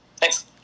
Thanks